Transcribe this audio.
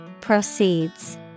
Proceeds